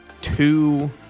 two